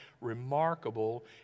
remarkable